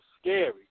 scary